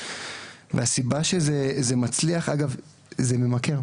הסיבה שזה מצליח זה ממכר,